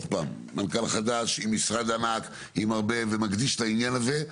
מנכ"ל חדש עם משרד ענק שמוקדש לעניין הזה,